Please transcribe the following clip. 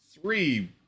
three